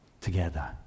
together